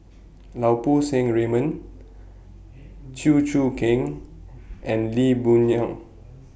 Lau Poo Seng Raymond Chew Choo Keng and Lee Boon Yang